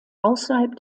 außerhalb